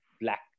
black